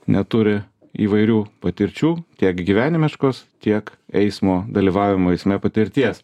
neturi įvairių patirčių tiek gyvenimiškos tiek eismo dalyvavimo eisme patirties